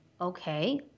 Okay